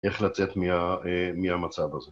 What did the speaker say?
איך לצאת מה.. א.. מהמצב הזה.